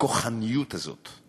הכוחניות הזאת.